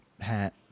hat